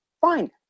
fine